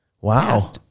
Wow